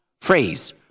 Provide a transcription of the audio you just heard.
phrase